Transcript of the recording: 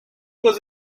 was